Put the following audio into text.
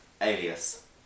Alias